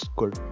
good